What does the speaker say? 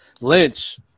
Lynch